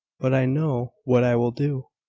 but i know what i will do.